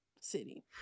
city